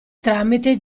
tramite